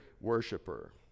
worshiper